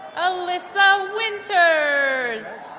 alyssa winters